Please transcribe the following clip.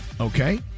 Okay